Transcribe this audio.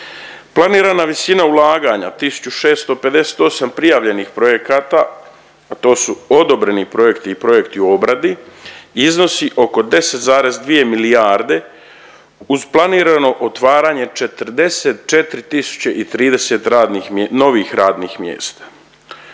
Planirana visina ulaganja, 1658 prijavljenih projekata, a to su odobreni projekti i projekti u obradi, iznosi oko 10,2 milijarde, uz planirano otvaranje 44 030 radnih, novih radnih mjesta.